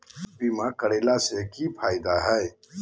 बीमा करैला के की फायदा है?